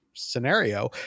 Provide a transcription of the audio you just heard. scenario